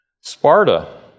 Sparta